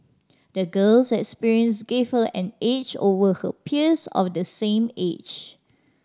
the girl's experience gave her an edge over her peers of the same age